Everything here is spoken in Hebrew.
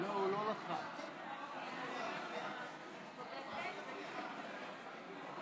נאום בכורה של חבר הכנסת יום טוב חי כלפון.